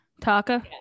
Taka